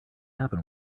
happen